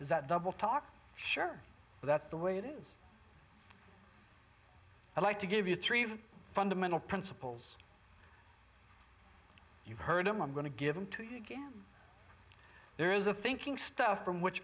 is that double talk sure that's the way it is i like to give you three fundamental principles you've heard them i'm going to give them to there is of thinking stuff from which